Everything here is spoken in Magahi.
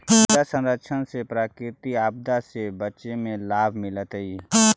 मृदा संरक्षण से प्राकृतिक आपदा से बचे में लाभ मिलतइ